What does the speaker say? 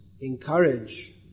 encourage